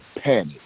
panic